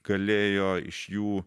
galėjo iš jų